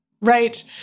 Right